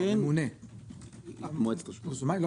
ממונה מועצת רשות המים.